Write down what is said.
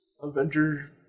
Avengers